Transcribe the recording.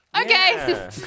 Okay